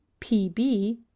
pb